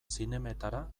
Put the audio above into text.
zinemetara